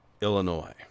Illinois